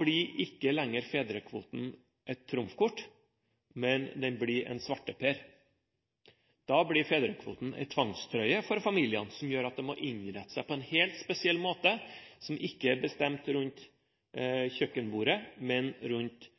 blir ikke fedrekvoten et trumfkort, men den blir en svarteper. Da blir fedrekvoten en tvangstrøye for familien, noe som gjør at man må innrette seg på en helt spesiell måte, som ikke er bestemt rundt kjøkkenbordet, men rundt